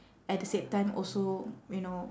at the same time also you know